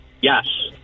Yes